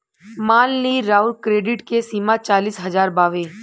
मान ली राउर क्रेडीट के सीमा चालीस हज़ार बावे